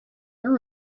here